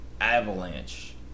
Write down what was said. avalanche